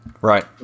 Right